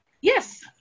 yes